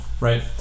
right